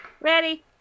Ready